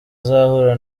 azahura